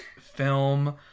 film